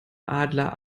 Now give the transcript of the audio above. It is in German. adler